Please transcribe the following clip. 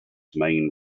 main